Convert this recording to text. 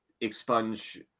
expunge